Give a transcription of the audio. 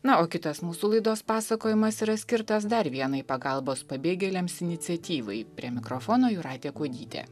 na o kitas mūsų laidos pasakojimas yra skirtas dar vienai pagalbos pabėgėliams iniciatyvai prie mikrofono jūratė kuodytė